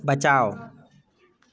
बचाओ